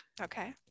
Okay